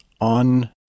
on